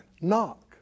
Knock